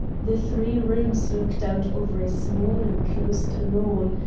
the three rooms looked out over a small enclosed lawn,